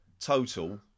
total